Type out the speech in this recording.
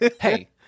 hey